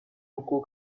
buku